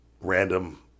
Random